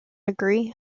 agree